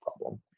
problem